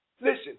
Listen